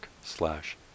slash